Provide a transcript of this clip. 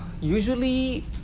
usually